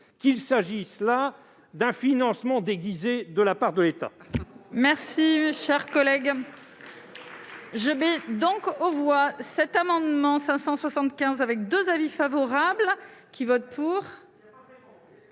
qu'il s'agisse là d'un financement déguisé de la part de l'État